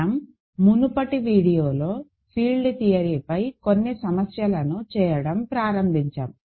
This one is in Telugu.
మనం మునుపటి వీడియోలో ఫీల్డ్ థియరీపై కొన్ని సమస్యలను చేయడం ప్రారంభించాము